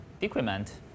decrement